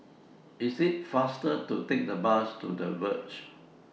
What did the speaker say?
IT IS faster to Take The Bus to The Verge